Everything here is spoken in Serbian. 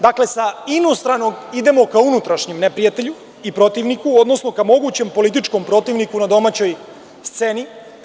Dakle, sa inostranog idemo ka unutrašnjem neprijatelju i protivniku, odnosno ka mogućem političkom protivniku na domaćoj sceni.